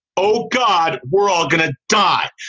oh, god, we're all going to die.